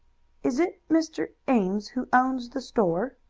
is it mr. ames who owns the store?